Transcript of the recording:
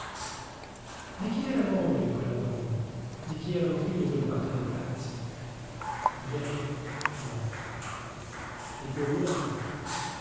di chi era moglie quella donna di chi erano figli quei quattro ragazzi miei no di